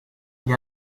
gli